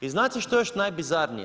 I znate što je još najbiziarnije?